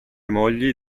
mogli